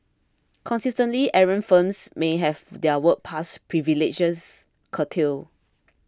consistently errant firms may have their work pass privileges curtailed